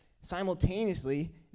Simultaneously